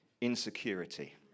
insecurity